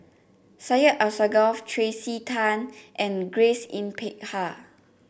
Syed Alsagoff Tracey Tan and Grace Yin Peck Ha